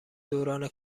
دوران